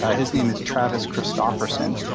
ah his name is travis christofferson.